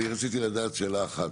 אני רציתי לדעת שאלה אחת,